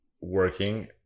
working